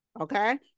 Okay